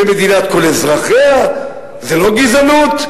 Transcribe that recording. ומדינת כל אזרחיה, זו לא גזענות?